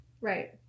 Right